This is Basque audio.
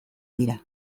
dira